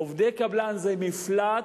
עובדי קבלן זה מפלט.